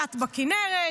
שט בכינרת,